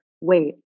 Wait